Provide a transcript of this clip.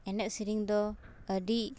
ᱮᱱᱮᱡ ᱥᱮᱨᱮᱧ ᱫᱚ ᱟᱹᱰᱤ